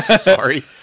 Sorry